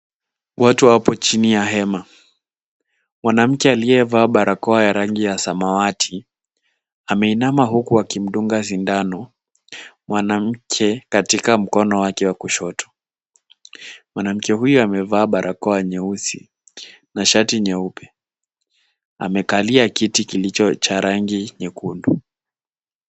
Watu wapo chini ya hema. Mwanamke aliyevaa barakoa ya rangi ya samawati, ameinama huku akimdunga sindano mwanamke katika mkono wake wa kushoto. Mwanamke huyo amevaa barakoa nyeusi na shati nyeupe. Amekalia kiti kilicho cha rangi nyekundu.